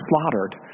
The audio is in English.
slaughtered